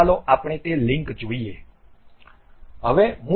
તો ચાલો આપણે તે લીંક જોઈએ